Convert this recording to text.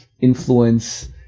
influence